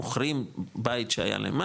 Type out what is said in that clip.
מוכרים בית שהיה להם,